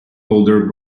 older